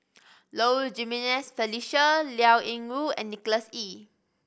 Low Jimenez Felicia Liao Yingru and Nicholas Ee